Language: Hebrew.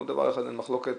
על דבר אחד אין מחלוקת